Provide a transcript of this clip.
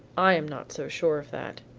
i am not so sure of that.